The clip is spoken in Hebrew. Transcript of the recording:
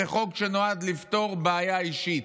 זה חוק שנועד לפתור בעיה אישית,